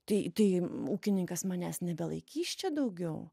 tai tai ūkininkas manęs nebelaikys čia daugiau